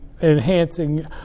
enhancing